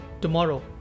tomorrow